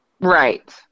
Right